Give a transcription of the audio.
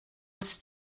els